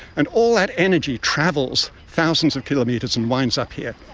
and all that energy travels thousands of kilometres and winds up here.